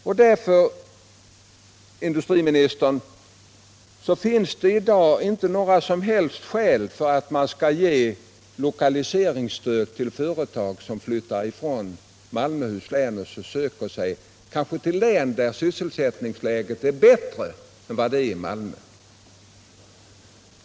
Därför, herr industriminister, finns det i dag inte några som helst skäl för att ge lokaliseringsstöd till företag som flyttar ifrån Malmöhus län och söker sig till län där kanske sysselsättningsläget är bättre än vad det är i Malmö.